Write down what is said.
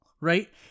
right